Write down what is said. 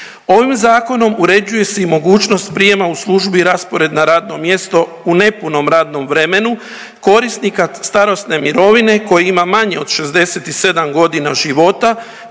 Ovim zakonom uređuje se i mogućnost prijema u službu i raspored na radno mjesto u nepunom radnom vremenu korisnika starosne mirovine koji ima manje od 67 godina života